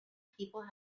people